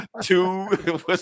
Two